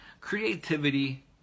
Creativity